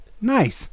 nice